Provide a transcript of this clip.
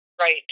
Right